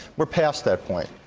we're past that point.